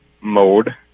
mode